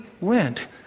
went